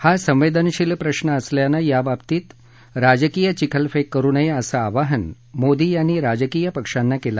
हा संवेदनशील प्रश्न असल्यानं याबाबतीत राजकीय चिखलफेक करु नये असं आवाहन मोदी यांनी राजकीय पक्षांना केलं